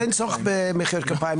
אין צורך במחיאות כפיים,